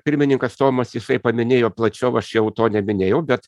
pirmininkas tomas jisai paminėjo plačiau aš jau to neminėjau bet